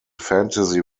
fantasy